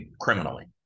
criminally